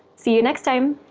see you next time!